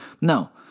No